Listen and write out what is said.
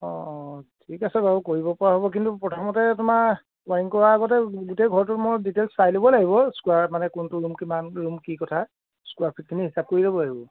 অঁ ঠিক আছে বাৰু কৰিব পৰা হ'ব কিন্তু প্ৰথমতে তোমাৰ ৱাইৰিং কৰাৰ আগতে গোটেই ঘৰটো মই ডিটেইলছ চাই ল'ব লাগিব স্কোৱাইৰ মানে কোনটো ৰূম কিমান ৰূম কি কথা স্কোৱাইৰ ফিটখিনি হিচাপ কৰি ল'ব লাগিব